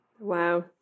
Wow